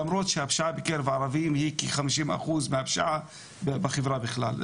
למרות שהפשיעה בקרב הערבים היא כחמישים אחוז מהפשיעה בחברה בכלל.